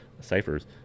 ciphers